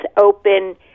open